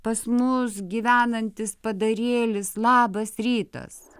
pas mus gyvenantis padarėlis labas rytas